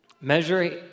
measuring